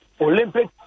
Olympic